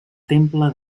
temple